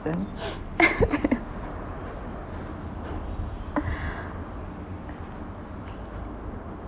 them